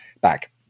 back